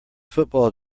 football